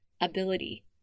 ability